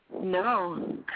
No